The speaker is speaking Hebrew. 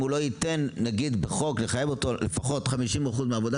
אם החוק יחייב אותו לתת לפחות 50% מהעבודה